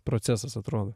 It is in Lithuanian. procesas atrodo